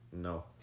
No